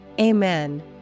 Amen